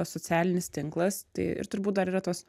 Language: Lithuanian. socialinis tinklas tai ir turbūt dar yra tas